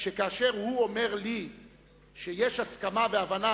שכאשר הוא אומר לי שיש הסכמה והבנה